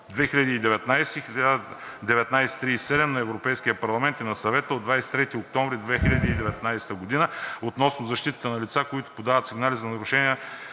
2019/1937 на Европейския парламент и на Съвета от 23 октомври 2019 г. относно защитата на лицата, които подават сигнали за нарушения